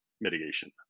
mitigation